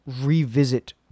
revisit